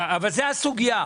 אבל זה הסוגייה.